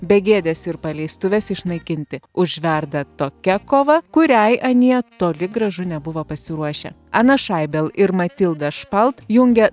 begėdes ir paleistuves išnaikinti užverda tokia kova kuriai anie toli gražu nebuvo pasiruošę aną šaibel ir matildą špalt jungia